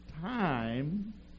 time